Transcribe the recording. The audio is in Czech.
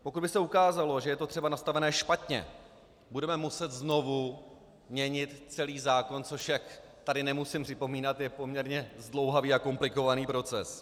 Pokud by se ukázalo, že je to třeba nastavené špatně, budeme muset znovu měnit celý zákon, což je, jak tady nemusím připomínat, poměrně zdlouhavý a komplikovaný proces.